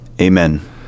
amen